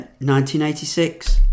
1986